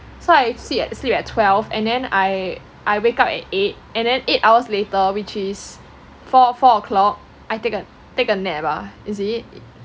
so I sleep at sleep at twelve and then I I wake up at eight and then eight hours later which is four four o'clock I take I take a nap ah is it